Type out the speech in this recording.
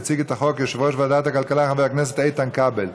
יציג את החוק יושב-ראש ועדת הכלכלה חבר הכנסת איתן כבל.